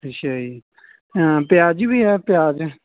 ਅੱਛਾ ਜੀ ਪਿਆਜ਼ ਵੀ ਹੈ ਪਿਆਜ਼